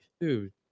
dude